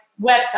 website